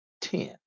ten